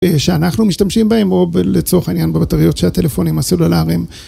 שאנחנו משתמשים בהם, או לצורך העניין בבטריות שהטלפונים הסלולריים.